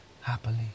happily